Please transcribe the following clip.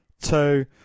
two